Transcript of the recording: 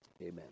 amen